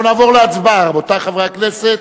אנחנו נעבור להצבעה, רבותי חברי הכנסת.